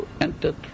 entered